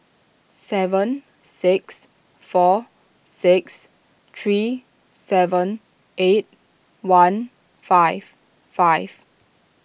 seven six four six three seven eight one five five